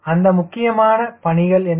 அந்த முக்கியமான பணிகள் என்ன